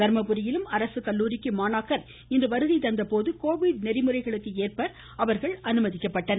தருமபுரியிலும் அரசு கல்லூரிக்கு மாணாக்கர் இன்று வருகை தந்தபோது கோவிட் நெறிமுறைகளுக்கேற்ப அவர்கள் அனுமதிக்கப்பட்டனர்